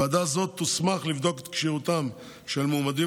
ועדה זו תוסמך לבדוק את כשירותם של מועמדים